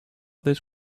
this